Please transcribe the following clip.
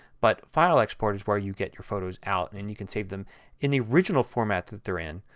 but file export is where you get your photos out and and you can save them in the original format that they are in